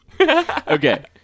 Okay